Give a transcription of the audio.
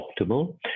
optimal